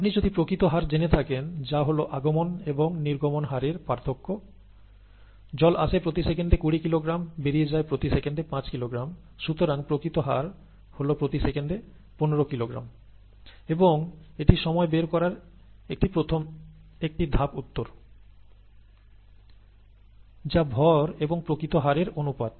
আপনি যদি প্রকৃত হার জেনে থাকেন যা হল আগমন এবং নির্গমন হারের পার্থক্য জল আসে প্রতি সেকেন্ডে 20 কিলোগ্রাম বেরিয়ে যায় প্রতি সেকেন্ডে 5 কিলোগ্রাম সুতরাং প্রকৃত হার হল প্রতি সেকেন্ডে 15 কিলোগ্রাম এবং সময় নির্ণয় উত্তরের এটি একটি ধাপ যা ভর এবং প্রকৃত হারের অনুপাত